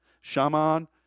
shaman